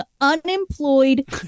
unemployed